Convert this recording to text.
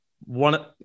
one